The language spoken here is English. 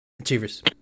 Achievers